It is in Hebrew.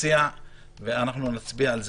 ואנחנו נצביע על זה,